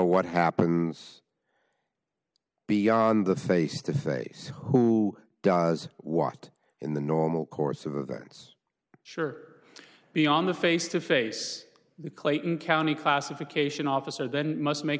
what happens beyond the face to face who does what in the normal course of events sure beyond the face to face the clayton county classification officer then must make